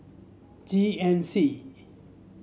G N C